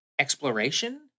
Exploration